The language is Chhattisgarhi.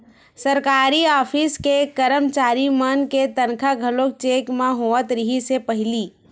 सरकारी ऑफिस के करमचारी मन के तनखा घलो चेक म होवत रिहिस हे पहिली